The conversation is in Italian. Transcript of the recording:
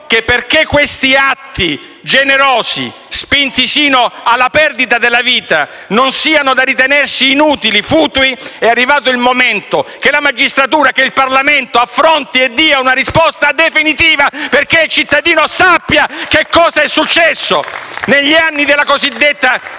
che perché questi atti generosi, spinti sino alla perdita della vita, non siano da ritenersi inutili e futili, sia arrivato il momento che la magistratura e il Parlamento affrontino e diano una risposta definitiva affinché il cittadino sappia cosa è successo negli anni della cosiddetta